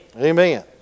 Amen